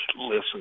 listen